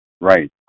Right